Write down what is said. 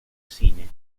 cine